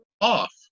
off